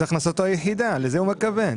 זו הכנסתו היחידה, לזה הוא מכוון.